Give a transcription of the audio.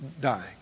dying